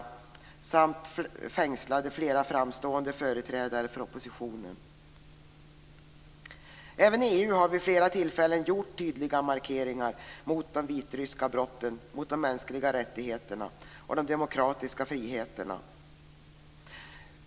Dessutom fängslades flera framstående företrädare för oppositionen. Även EU har vid flera tillfällen gjort tydliga markeringar mot de vitryska brotten mot de mänskliga rättigheterna och de demokratiska friheterna.